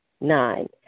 Nine